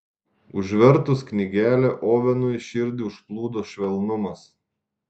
užvertus knygelę ovenui širdį užplūdo švelnumas